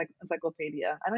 encyclopedia